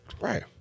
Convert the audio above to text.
Right